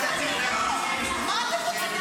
אתה בקריאה שנייה.